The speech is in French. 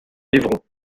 évron